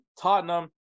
Tottenham